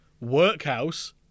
Workhouse